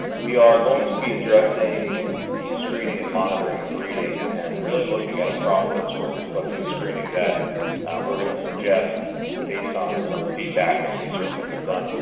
we are going to be addressing the screening and monitoring of reading and really looking at a process for dyslexia screening that we're gonna suggest based on some feedback and research that we've done.